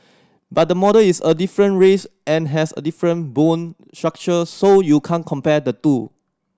but the model is a different race and has a different bone structure so you can't compare the two